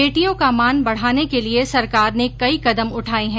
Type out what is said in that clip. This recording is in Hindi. बेटियों का मान बढाने के लिये सरकार ने कई कदम उठाये हैं